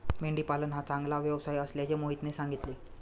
मेंढी पालन हा चांगला व्यवसाय असल्याचे मोहितने सांगितले